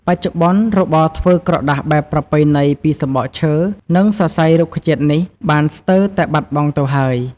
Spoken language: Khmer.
បច្ចុប្បន្ន របរធ្វើក្រដាសបែបប្រពៃណីពីសំបកឈើ និងសរសៃរុក្ខជាតិនេះបាន ស្ទើរតែបាត់បង់ទៅហើយ។